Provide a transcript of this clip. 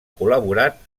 col·laborat